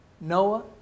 Noah